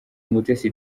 umutesi